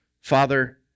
Father